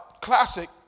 classic